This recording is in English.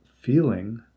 feeling